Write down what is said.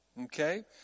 okay